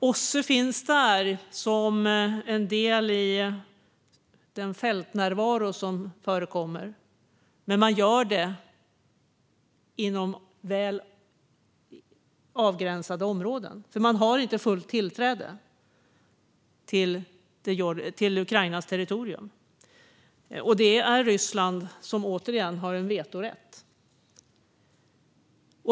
OSSE finns där som en del i den fältnärvaro som förekommer, men man gör det inom väl avgränsade områden. Man har nämligen inte fullt tillträde till Ukrainas territorium. Det är återigen Ryssland som har vetorätt.